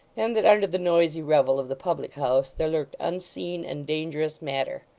and that under the noisy revel of the public-house, there lurked unseen and dangerous matter.